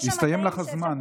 הסתיים לך הזמן.